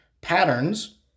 patterns